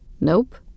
Nope